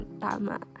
Tama